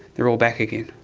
there are all back again,